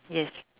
yes